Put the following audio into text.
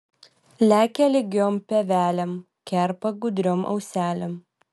lekia lygiom pievelėm kerpa gudriom auselėm